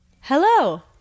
hello